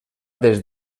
des